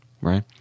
right